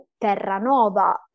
Terranova